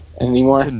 anymore